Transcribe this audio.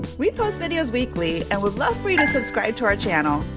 we post videos weekly and would love for you to subscribe to our channel.